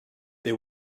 they